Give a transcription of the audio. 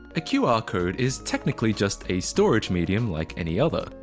a qr code is technically just a storage medium like any other.